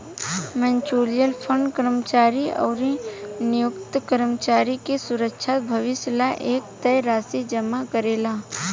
mutual fund कर्मचारी अउरी नियोक्ता कर्मचारी के सुरक्षित भविष्य ला एक तय राशि जमा करेला